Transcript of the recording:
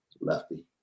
Lefty